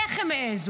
איך הם העזו?